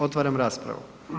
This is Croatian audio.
Otvaram raspravu.